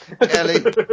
Ellie